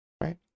Right